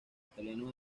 italianos